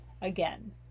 again